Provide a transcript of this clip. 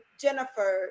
Jennifer